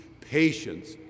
patience